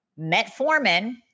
metformin